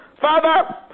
Father